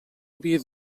havia